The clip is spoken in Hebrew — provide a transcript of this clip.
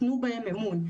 תנו בהם אמון.